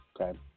okay